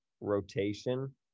rotation